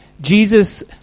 Jesus